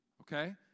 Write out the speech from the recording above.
Okay